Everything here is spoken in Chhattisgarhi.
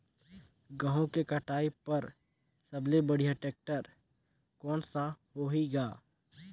गहूं के कटाई पर सबले बढ़िया टेक्टर कोन सा होही ग?